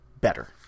better